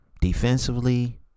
defensively